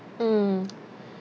mm